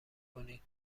کنید